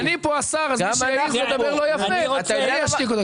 כשאני פה השר אז מי שיעז לדבר לא יפה אני אשתיק אותו.